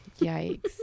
Yikes